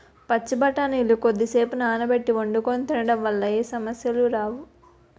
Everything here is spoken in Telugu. పచ్చి బఠానీలు కొద్దిసేపు నానబెట్టి వండుకొని తినడం వల్ల ఏ సమస్యలు రావు